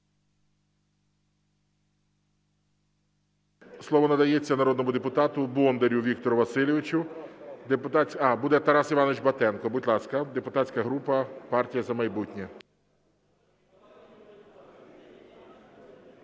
Слово надається народному депутату Бондарю Віктору Васильовичу. Буде Тарас Іванович Батенко. Будь ласка. Депутатська група "Партія"За майбутнє".